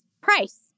price